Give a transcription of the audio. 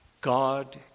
God